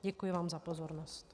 Děkuji vám za pozornost.